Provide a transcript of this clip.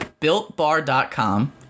BuiltBar.com